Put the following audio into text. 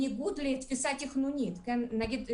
התנדבת לייצג אותו, נכון?